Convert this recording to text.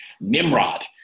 Nimrod